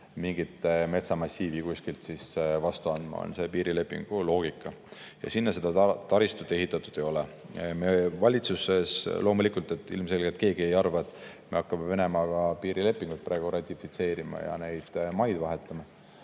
mingi metsamassiivi kuskilt vastu andma. See on see piirilepingu loogika. Sinna taristut ehitatud ei ole. Valitsuses loomulikult ilmselgelt keegi ei arva, et me hakkame Venemaaga praegu piirilepingut ratifitseerima ja neid maid vahetama.